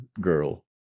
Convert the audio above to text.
girl